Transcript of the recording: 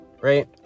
right